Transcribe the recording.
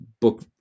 book